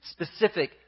specific